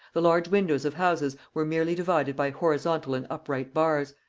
the large windows of houses were merely divided by horizontal and upright bars,